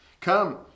Come